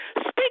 speak